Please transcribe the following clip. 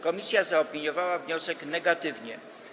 Komisja zaopiniowała wniosek negatywnie.